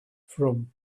from